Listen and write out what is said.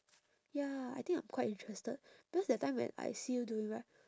ya I think I'm quite interested because that time when I see you doing right